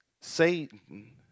Satan